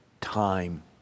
time